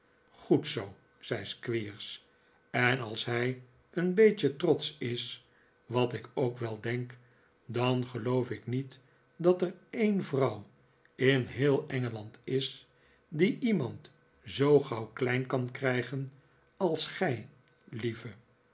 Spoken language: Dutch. goed zoo zei squeers en als hij een beetje trotsch is wat ik ook wel denk dan geloof ik niet dat er een vrouw in heel engeland is die iemand zoo gauw klein kan krijgen als gij lieve